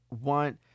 want